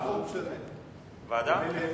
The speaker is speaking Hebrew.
ועדה.